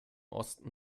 osten